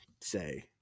say